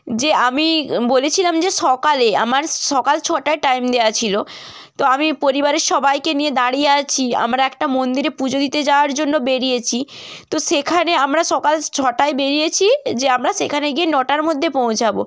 যে আমি বলেছিলাম যে সকালে আমার সকাল ছটায় টাইম দেওয়া ছিলো তো আমি পরিবারের সবাইকে নিয়ে দাঁড়িয়ে আছি আমরা একটা মন্দিরে পুজো দিতে যাওয়ার জন্য বেড়িয়েছি তো সেখানে আমরা সকাল ছটায় বেড়িয়েছি যে আমরা সেখানে গিয়ে নটার মধ্যে পৌঁছাবো